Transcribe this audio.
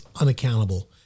unaccountable